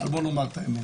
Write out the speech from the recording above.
אבל בוא נאמר את האמת